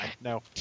No